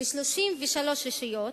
ב-33 רשויות,